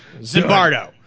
zimbardo